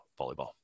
volleyball